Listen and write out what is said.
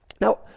Now